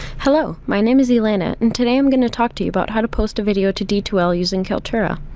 hello. my name is elaina and today i'm going to talk to you about how to post a video to d two l using kaltura.